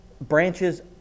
branches